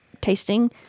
tasting